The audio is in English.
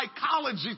psychology